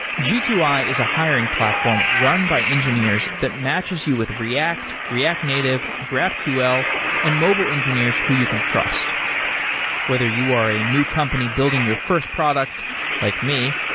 g two i is a hiring platform run by engineers that matches you with react, react native, graphql and mobile engineers who you can trust whether you are a new company building your first product like me,